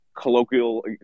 colloquial